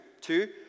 Two